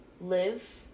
live